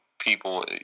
people